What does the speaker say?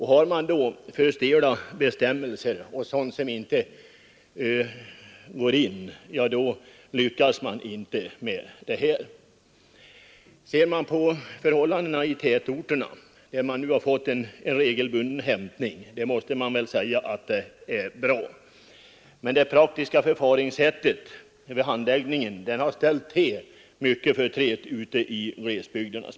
Har man då för stela bestämmelser och sådana bestämmelser som inte tillräckligt tar hänsyn till de lokala förhållandena, då får man inte människorna med sig och det är naturligt. Då når man ej heller det mål man syftar till. Det är bra att tätorterna nu har regelbunden sophämtning, men det praktiska förfaringssättet vid sophanteringen har ställt till mycken förtret speciellt ute i glesbygderna.